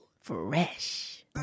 Fresh